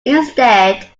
instead